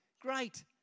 great